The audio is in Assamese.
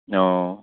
অঁ